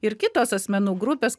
ir kitos asmenų grupės